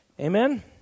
Amen